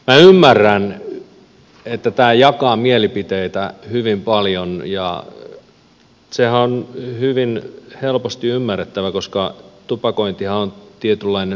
minä ymmärrän että tämä jakaa mielipiteitä hyvin paljon ja sehän on hyvin helposti ymmärrettävää koska tupakointihan on tietynlainen sosiaalinen tapahtuma